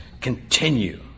continue